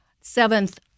Seventh